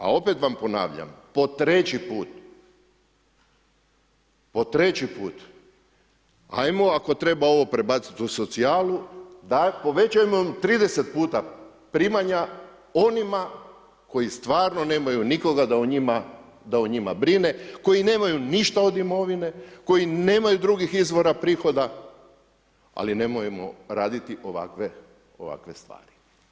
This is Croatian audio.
A opet vam ponavljam po treći put, po treći put, ajmo ako treba ovo prebaciti u socijalu, povećajmo im 30 puta primanja onima koji stvarno nemaju nikoga da o njima brine, koji nemaju ništa od imovine, koji nemaju drugih izvora prihoda ali nemojmo raditi ovakve stvari.